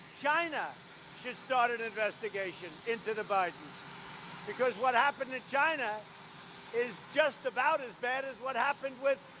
china should start an investigation into the biden because, what happened in china is just about as bad as what happened with